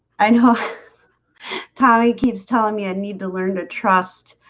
and tommy keeps telling me i need to learn to trust